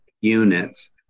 units